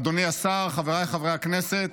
אדוני השר, חבריי חברי הכנסת,